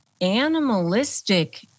animalistic